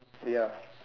ya